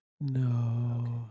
no